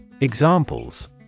Examples